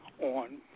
On